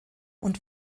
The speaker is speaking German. und